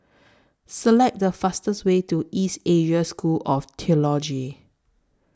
Select The fastest Way to East Asia School of Theology